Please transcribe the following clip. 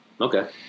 Okay